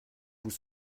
vous